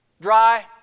Dry